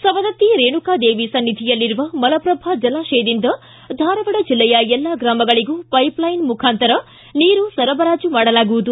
ಸವದತ್ತಿ ರೇಣುಕಾದೇವಿ ಸ್ನಿಧಿಯಲ್ಲಿರುವ ಮಲಪ್ರಭಾ ಜಲಾಶಯದಿಂದ ಧಾರವಾಡ ಜಿಲ್ಲೆಯ ಎಲ್ಲಾ ಗ್ರಾಮಗಳಗೂ ಪೈಪ್ ಲೈನ್ ಮುಖಾಂತರ ನೀರು ಸರಬರಾಜು ಮಾಡಲಾಗುವುದು